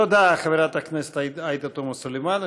תודה לחברת הכנסת עאידה תומא סלימאן.